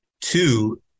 Two